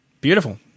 Beautiful